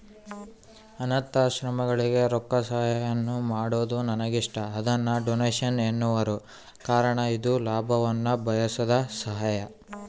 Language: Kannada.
ಅನಾಥಾಶ್ರಮಗಳಿಗೆ ರೊಕ್ಕಸಹಾಯಾನ ಮಾಡೊದು ನನಗಿಷ್ಟ, ಅದನ್ನ ಡೊನೇಷನ್ ಎನ್ನುವರು ಕಾರಣ ಇದು ಲಾಭವನ್ನ ಬಯಸದ ಸಹಾಯ